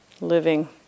living